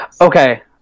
okay